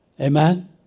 Amen